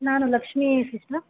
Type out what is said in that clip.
ನಾನು ಲಕ್ಷ್ಮೀ ಸಿಸ್ಟರ್